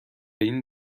این